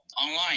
online